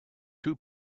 two